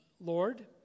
Lord